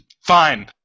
fine